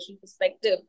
perspective